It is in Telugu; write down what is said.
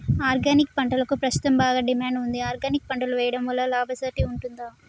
ఆర్గానిక్ పంటలకు ప్రస్తుతం బాగా డిమాండ్ ఉంది ఆర్గానిక్ పంటలు వేయడం వల్ల లాభసాటి ఉంటుందా?